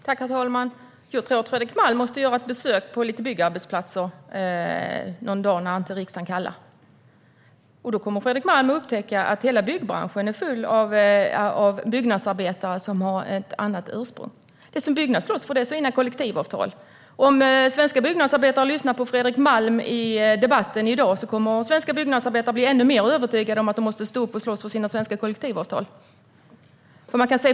Herr talman! Jag tror att Fredrik Malm måste göra besök på några byggarbetsplatser någon dag när inte riksdagen kallar. Då kommer han att upptäcka att hela byggbranschen är full av byggnadsarbetare som har ett annat ursprung. Det Byggnads slåss för är sina kollektivavtal. Om svenska byggnadsarbetare lyssnar på Fredrik Malm i debatten i dag kommer de att bli ännu mer övertygade om att de måste stå upp och slåss för sina svenska kollektivavtal.